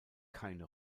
keine